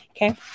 Okay